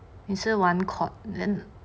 也是玩 court then